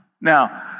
Now